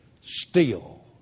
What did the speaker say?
steel